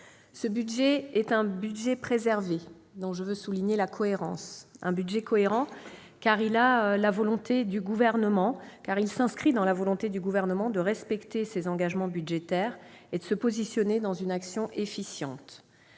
d'abord d'un budget préservé, dont je veux souligner la cohérence ; un budget cohérent, car il s'inscrit dans la volonté du Gouvernement de respecter ses engagements budgétaires et de se positionner dans une action efficiente.